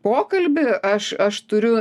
pokalbį aš aš turiu